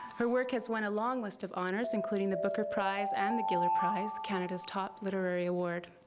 her work has won a long list of honors, including the booker prize and the giller prize, canada's top literary award.